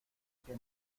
que